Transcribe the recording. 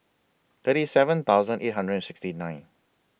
thirty seven thousand eight hundred and sixty nine